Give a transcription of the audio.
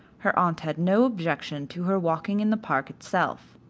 her aunt had no objection to her walking in the park itself.